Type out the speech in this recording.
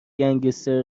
گنگستر